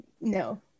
no